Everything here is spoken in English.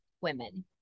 women